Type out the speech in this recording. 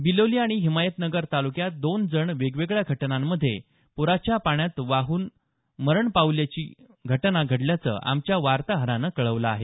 बिलोली आणि हिमायतनगर तालुक्यात दोघं जण वेगवेगळ्या घटनात पुराच्या पाण्यात बुडून मरण पावल्याचं आमच्या वार्ताहरानं कळवलं आहे